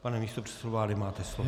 Pane místopředsedo vlády, máte slovo.